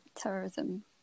Terrorism